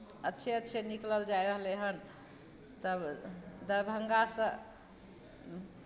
अच्छे अच्छे निकलल जाइ रहलै हन तब दरभंगासँ